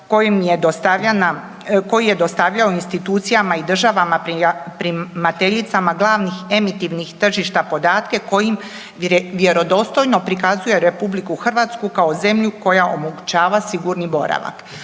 koji je dostavljao institucijama i državama primateljicama glavnih emitivnih tržišta podatke kojim vjerodostojno prikazuje RH kao zemlju koja omogućava sigurni boravak.